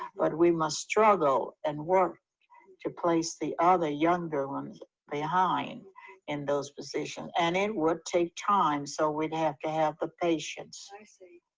but we must struggle and work to place the other younger ones behind in those positions. and it would take time, so we'd have to have the patience.